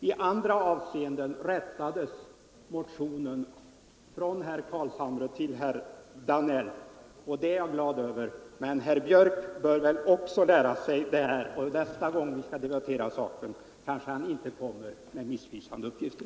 I andra avseenden rättades herr Carlshamres motion från 1973 innan den väcktes på nytt av herr Danell 1974, och det är jag glad över, men herr Björck bör väl också lära sig det här, och nästa gång vi skall debattera saken kanske han inte kommer med missvisande uppgifter.